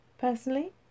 Personally